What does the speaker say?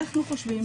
אנחנו חושבים,